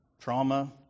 trauma